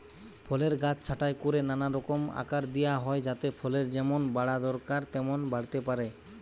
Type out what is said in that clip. ফলের গাছ ছাঁটাই কোরে নানা রকম আকার দিয়া হয় যাতে ফলের যেমন বাড়া দরকার তেমন বাড়তে পারে